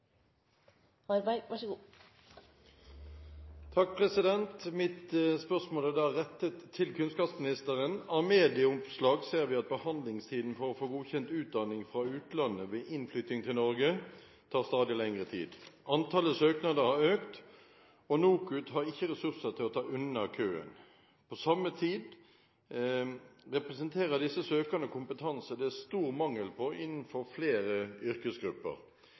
Mitt spørsmål er rettet til kunnskapsministeren: «Av medieoppslag ser vi at behandlingstiden for å få godkjent utdanning fra utlandet ved innflytting til Norge tar stadig lengre tid. Antallet søknader har økt, og NOKUT har ikke ressurser til å ta unna køen. På samme tid representerer disse søkerne kompetanse det er stor mangel på innenfor flere yrkesgrupper.